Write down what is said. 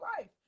life